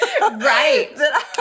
Right